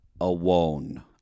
alone